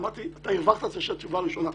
הרווחת את התשובה הראשונה.